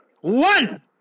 one